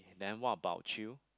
then what about you